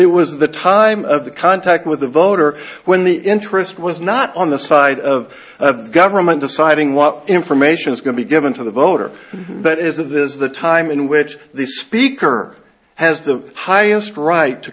it was the time of the contact with the voter when the interest was not on the side of the government deciding what information is going to be given to the voter but isn't this the time in which the speaker has the highest right to